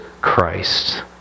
Christ